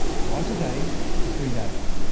twice a day for three days.